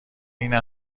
عین